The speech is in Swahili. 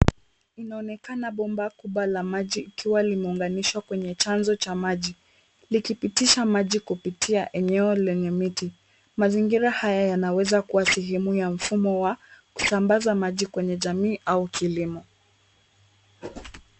Inaonekana bomba kubwa la maji ikiwa limeunganishwa kwenye chanzo cha maji, Nikipitisha maji kupitia eneo lenye miti, mazingira haya yanaweza kuwa sehemu ya mfumo wa kusambaza maji kwenye jamii au kiilimo.